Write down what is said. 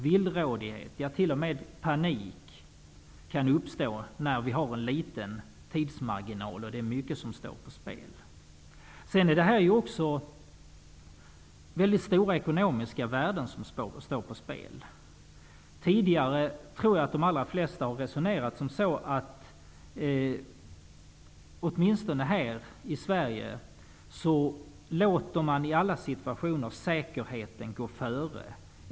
Villrådighet, ja t.o.m. panik, kan uppstå när tidsmarginalen är kort och mycket står på spel. Det är mycket stora ekonomiska värden som står på spel. Tidigare har de allra flesta resonerat på det sättet, åtminstone här i Sverige, att i alla situationer skall säkerheten gå före.